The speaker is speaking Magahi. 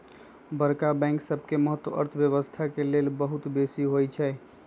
बड़का बैंक सबके महत्त अर्थव्यवस्था के लेल बहुत बेशी होइ छइ